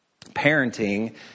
Parenting